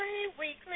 weekly